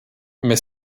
mais